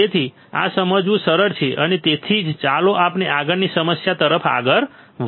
તેથી આ સમજવું સરળ છે અને તેથી જ ચાલો આપણે આગળની સમસ્યા તરફ આગળ વધીએ